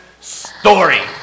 story